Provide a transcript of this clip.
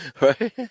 Right